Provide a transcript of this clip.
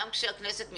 גם כאשר הכנסת מתפזרת,